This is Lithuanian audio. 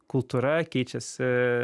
kultūra keičiasi